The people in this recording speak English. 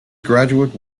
graduate